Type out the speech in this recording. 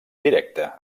directe